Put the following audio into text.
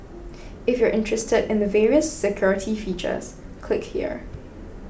if you're interested in the various security features click here